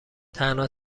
تنها